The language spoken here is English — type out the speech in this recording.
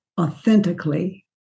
authentically